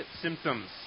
symptoms